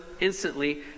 instantly